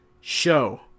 show